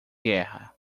guerra